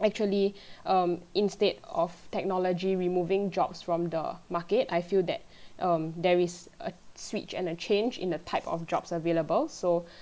actually um instead of technology removing jobs from the market I feel that um there is a switch and a change in the type of jobs available so